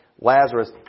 Lazarus